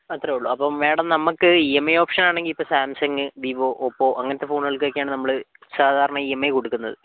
അത്രേയുള്ളു അപ്പം മേഡം നമുക്ക് E M I option ആണെങ്കിൽ ഇപ്പോൾ സാംസങ് വിവോ ഓപ്പോ അങ്ങനത്തെ ഫോണുകൾക്കൊക്കെ ആണ് നമ്മൾ സാധാരണ ഇ എം ഐ കൊടുക്കുന്നത്